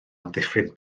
amddiffyn